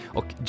och